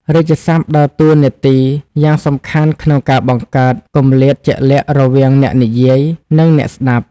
រាជសព្ទដើរតួនាទីយ៉ាងសំខាន់ក្នុងការបង្កើត គម្លាតជាក់លាក់រវាងអ្នកនិយាយ និងអ្នកស្ដាប់។